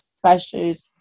pressures